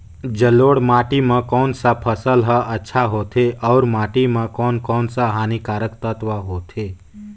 जलोढ़ माटी मां कोन सा फसल ह अच्छा होथे अउर माटी म कोन कोन स हानिकारक तत्व होथे?